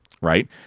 right